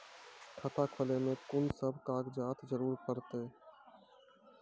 खाता खोलै मे कून सब कागजात जरूरत परतै?